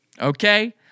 okay